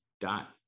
dot